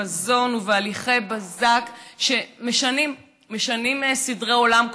בחיפזון ובהליכי בזק שמשנים סדרי עולם,